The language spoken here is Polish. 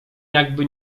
jakby